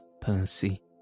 Percy